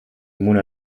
mona